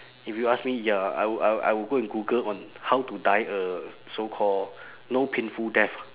if you ask me ya I would I I will go and google on how to die a so called no painful death